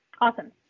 Awesome